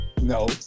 No